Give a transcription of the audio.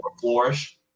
flourish